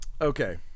Okay